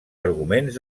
arguments